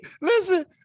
listen